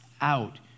out